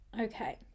Okay